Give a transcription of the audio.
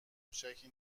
کوچکی